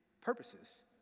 purposes